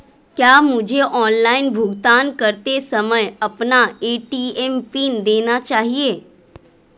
क्या मुझे ऑनलाइन भुगतान करते समय अपना ए.टी.एम पिन देना चाहिए?